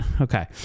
Okay